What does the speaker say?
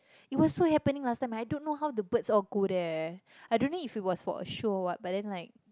it was so happening last time I don't know how the birds all go there I don't know if it was for show or what but then like